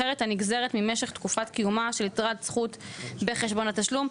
אחרת הנגזרת ממשך תקופת קיומה של יתרת זכות בחשבון התשלום"".